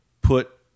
put